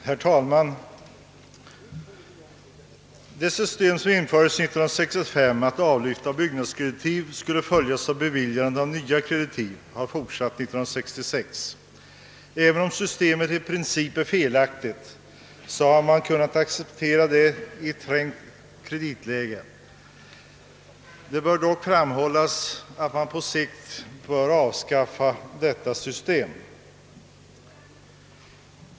Herr talman! Det system som infördes 1965 att avlyft av byggnadskreditiv skulle följas av beviljandet av nya kreditiv har fortsatt 1966. även om systemet i princip är felaktigt, har man kunnat acceptera det i ett trängt kreditläge. Det bör dock framhållas att man på sikt bör avskaffa detta system.